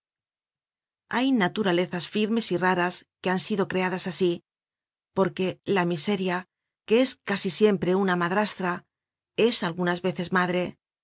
hay naturalezas firmes y raras que han sido creadas asi porque la miseria que es casi siempre una madrastra es algunas veces madre